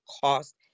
cost